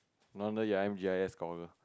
no wonder you're M G I S scholar